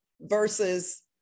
versus